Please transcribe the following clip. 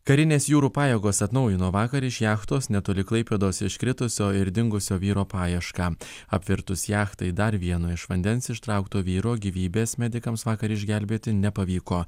karinės jūrų pajėgos atnaujino vakar iš jachtos netoli klaipėdos iškritusio ir dingusio vyro paiešką apvirtus jachtai dar vieno iš vandens ištraukto vyro gyvybės medikams vakar išgelbėti nepavyko